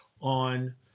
on